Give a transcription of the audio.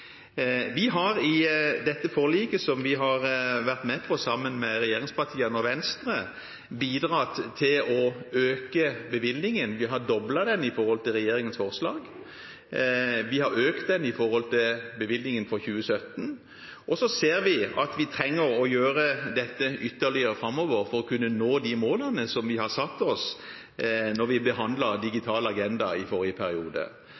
Vi har i dette forliket som vi har vært med på sammen med regjeringspartiene og Venstre, bidratt til å øke bevilgningen. Vi har doblet den i forhold til regjeringens forslag, vi har økt den i forhold til bevilgningen for 2017, og så ser vi at vi trenger å gjøre dette ytterligere framover for å kunne nå de målene som vi satte oss da vi behandlet meldingen om Digital agenda i forrige periode.